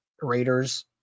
Raiders